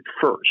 first